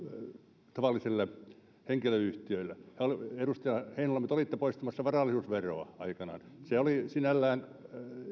toiminimille eivätkä tavallisille henkilöyhtiöille edustaja heinäluoma te olitte poistamassa varallisuusveroa aikanaan se oli sinällään